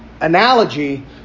analogy